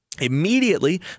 Immediately